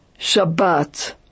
shabbat